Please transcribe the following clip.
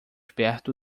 perto